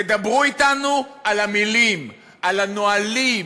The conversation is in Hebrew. תדברו אתנו על המילים, על הנהלים,